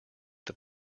that